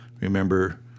Remember